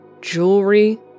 jewelry